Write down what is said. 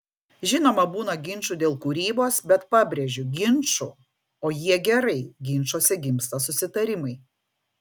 žinoma būna ginčų dėl kūrybos bet pabrėžiu ginčų o jie gerai ginčuose gimsta susitarimai